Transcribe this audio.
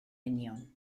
union